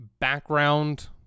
background